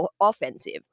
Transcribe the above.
offensive